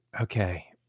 okay